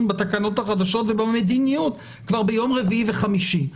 בתקנות החדשות ובמדיניות כבר ביום רביעי וחמישי.